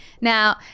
Now